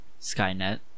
Skynet